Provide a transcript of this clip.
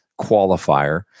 qualifier